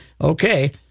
Okay